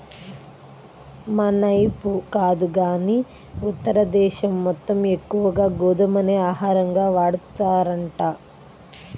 మనైపు కాదు గానీ ఉత్తర దేశం మొత్తం ఎక్కువగా గోధుమనే ఆహారంగా వాడతారంట